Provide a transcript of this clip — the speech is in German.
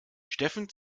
steffen